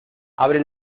abre